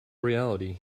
reality